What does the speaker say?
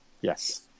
yes